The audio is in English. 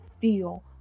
feel